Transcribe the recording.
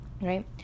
right